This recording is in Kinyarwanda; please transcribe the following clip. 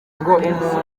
ngo